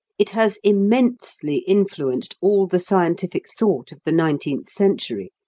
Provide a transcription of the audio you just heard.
it has immensely influenced all the scientific thought of the nineteenth century,